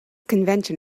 convention